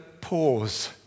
pause